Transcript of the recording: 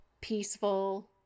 peaceful